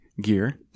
gear